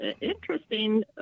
interesting